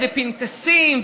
ופנקסים,